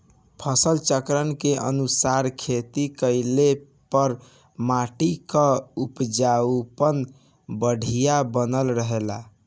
फसल चक्र के अनुसार खेती कइले पर माटी कअ उपजाऊपन बढ़िया बनल रहेला